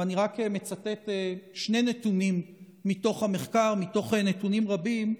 ואני רק מצטט שני נתונים מהמחקר מתוך נתונים רבים,